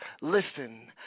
Listen